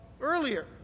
earlier